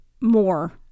more